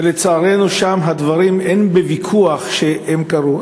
שלצערנו, הדברים שם, אין ויכוח שהם קרו.